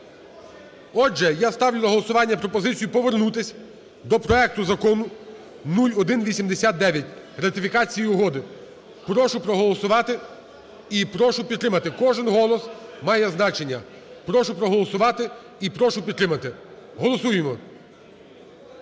Отже, я ставлю на голосування пропозицію повернутись до проекту Закону 0189 ратифікації Угоди. Прошу проголосувати і прошу підтримати, кожен має значення. Прошу проголосувати і прошу підтримати, голосуємо.